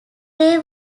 they